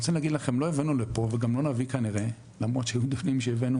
לא הבאנו לפה וגם לא נביא כנראה למרות שהיו פעמים שהבאנו